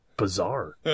Bizarre